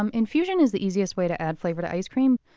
um infusion is the easiest way to add flavor to ice cream.